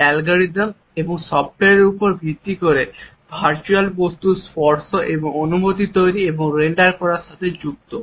যা অ্যালগরিদম এবং সফ্টওয়্যারের উপর ভিত্তি করে ভার্চুয়াল বস্তুর স্পর্শ এবং অনুভূতি তৈরি এবং রেন্ডার করার সাথে যুক্ত